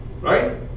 right